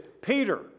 Peter